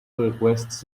requests